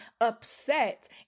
upset